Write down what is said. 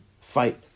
fight